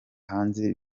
hanze